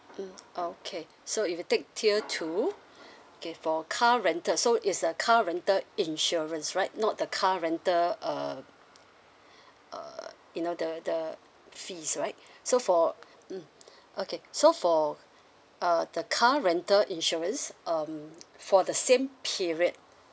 mm okay so if you take tier two okay for car rental so it's a car rental insurance right not the car rental uh uh you know the the fees right so for mm okay so for uh the car rental insurance um for the same period